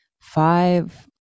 five